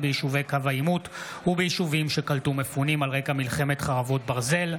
ביישובי קו העימות וביישובים שקלטו מפונים על רקע מלחמת חרבות ברזל.